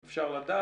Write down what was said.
אם אפשר לדעת.